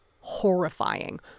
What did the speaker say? horrifying